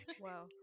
Wow